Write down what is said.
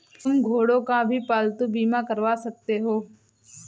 तुम घोड़ों का भी पालतू बीमा करवा सकते हो